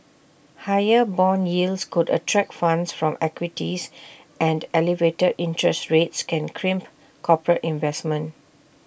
higher Bond yields could attract funds from equities and elevated interest rates can crimp corporate investment